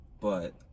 But-